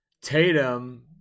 Tatum